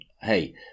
Hey